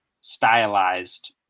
stylized